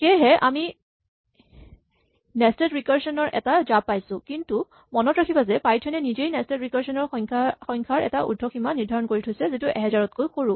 সেইকাৰণে আমি nested recursion ৰ এটা জাপ পাইছো কিন্তু মনত ৰাখিবা যে পাইথন এ নিজেই নেস্টেড ৰিকাৰচন ৰ সংখ্যাৰ এটা উৰ্দ্ধসীমা নিৰ্দ্ধাৰণ কৰি থৈছে যিটো ১০০০ তকৈ সৰু